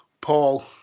Paul